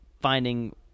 finding